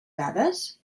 dades